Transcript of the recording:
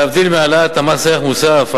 להבדיל מהעלאת מס ערך מוסף,